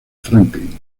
franklin